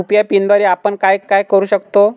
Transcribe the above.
UPI पिनद्वारे आपण काय काय करु शकतो?